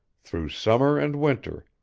through summer and winter,